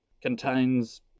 contains